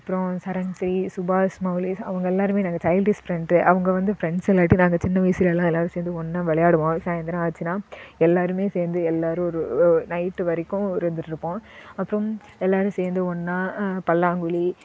அப்புறம் சரன்சி சுபாஷ் மௌலேஷ் அவங்க எல்லோருமே நாங்கள் சைல்டிஷ் ஃப்ரண்ட் அவங்க வந்து பிரண்ட்ஸ் இல்லாட்டி நாங்கள் சின்ன வயசுலெல்லாம் எல்லோரும் சேர்ந்து ஒன்னாக விளையாடுவோம் சாயந்தரம் ஆச்சுனா எல்லோருமே சேர்ந்து எல்லோரும் ஒரு நைட் வரைக்கும் இருந்துட்டுருப்போம் அப்புறம் எல்லோரும் சேர்ந்து ஒன்னாக பல்லாங்குழி